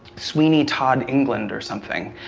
sweeney todd england or something.